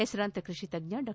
ಹೆಸರಾಂತ ಕೃಷಿ ತಜ್ಞ ಡಾ